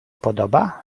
podoba